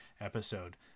episode